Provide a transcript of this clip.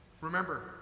Remember